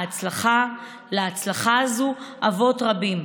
להצלחה הזאת אבות רבים,